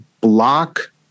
block